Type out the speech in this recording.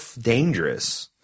dangerous –